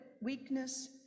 weakness